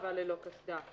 רכיבה ללא קסדה.